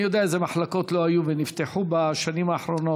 ואני יודע אילו מחלקות לא היו ונפתחו בשנים האחרונות.